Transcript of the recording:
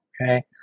okay